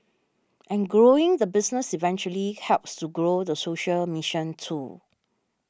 and growing the business eventually helps to grow the social mission too